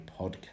podcast